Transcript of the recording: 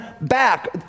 back